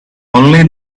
only